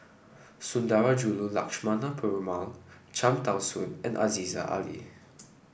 Sundarajulu Lakshmana Perumal Cham Tao Soon and Aziza Ali